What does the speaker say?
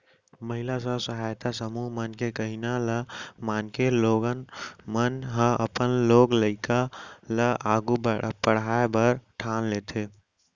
महिला स्व सहायता समूह मन के कहिना ल मानके लोगन मन ह अपन लोग लइका ल आघू पढ़ाय बर ठान लेथें